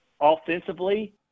offensively